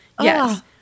yes